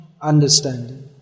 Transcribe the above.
understanding